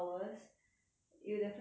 you will definitely be very tired